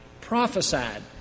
prophesied